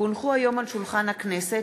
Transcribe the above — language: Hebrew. כי הונחו היום על שולחן הכנסת,